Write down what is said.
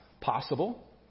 possible